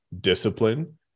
discipline